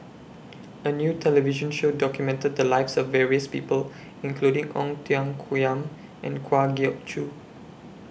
A New television Show documented The Lives of various People including Ong Tiong Khiam and Kwa Geok Choo